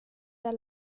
der